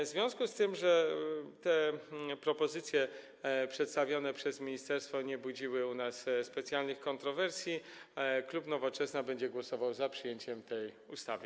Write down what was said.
W związku z tym, że propozycje przedstawione przez ministerstwo nie budziły u nas specjalnych kontrowersji, klub Nowoczesna będzie głosował za przyjęciem tej ustawy.